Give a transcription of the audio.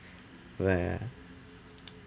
where